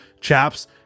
Chaps